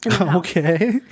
Okay